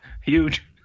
Huge